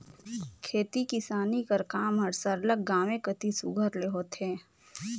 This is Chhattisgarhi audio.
खेती किसानी कर काम हर सरलग गाँवें कती सुग्घर ले होथे